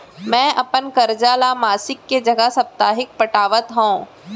मै अपन कर्जा ला मासिक के जगह साप्ताहिक पटावत हव